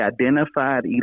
identified